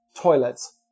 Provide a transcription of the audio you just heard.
toilets